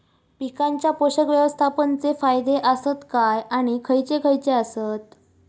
पीकांच्या पोषक व्यवस्थापन चे फायदे आसत काय आणि खैयचे खैयचे आसत?